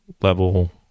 level